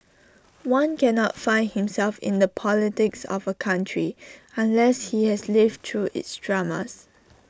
one cannot find himself in the politics of A country unless he has lived through its dramas